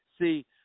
See